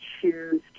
choose